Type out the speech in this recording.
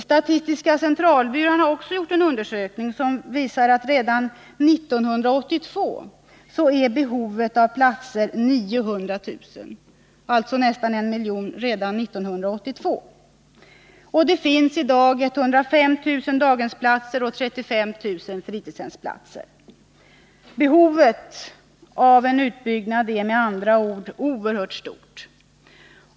Statistiska centralbyrån har också gjort en undersökning som visar att redan 1982 är behovet 900 000 platser — alltså nästan 1 miljon redan 1982. Det finns i dag 105 000 daghemsplatser och 35 000 fritidshemsplatser. Behovet av utbyggnad är med andra ord oerhört stort.